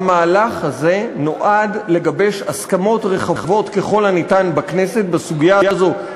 המהלך הזה נועד לגבש הסכמות רחבות ככל האפשר בכנסת בסוגיה הזאת,